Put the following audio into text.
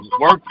work